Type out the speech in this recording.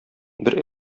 бер